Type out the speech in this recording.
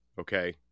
okay